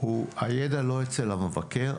הידע לא אצל המבקר,